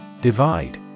Divide